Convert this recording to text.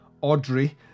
Audrey